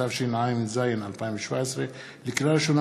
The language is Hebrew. התשע"ז 2017. לקריאה ראשונה,